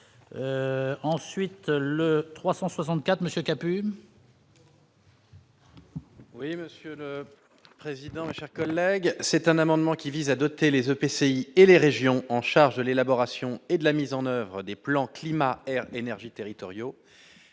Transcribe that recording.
ensuite le 364 Monsieur Capet. Oui, Monsieur le Président, chers collègues, c'est un amendement qui vise à doter les EPCI et les régions, en charge de l'élaboration et de la mise en oeuvre des plans climat air énergie territoriaux